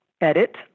edit